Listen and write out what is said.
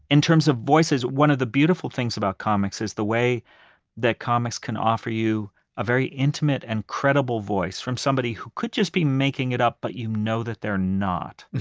in terms of voices, one of the beautiful things about comics is the way that comics can offer you a very intimate and credible voice from somebody who could just be making it up, but you know that they're not.